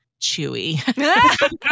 Chewy